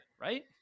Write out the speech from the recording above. right